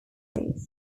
bases